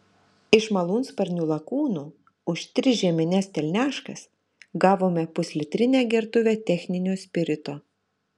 iš malūnsparnių lakūnų už tris žiemines telniaškas gavome puslitrinę gertuvę techninio spirito